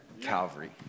Calvary